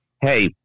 hey